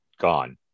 gone